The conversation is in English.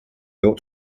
ought